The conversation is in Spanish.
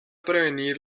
prevenir